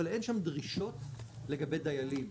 אבל אין שם דרישות לגבי דיילים.